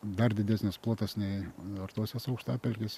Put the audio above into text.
dar didesnis plotas nei artosios aukštapelkėse